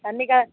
தண்ணிக் க